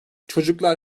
çocuklar